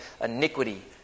iniquity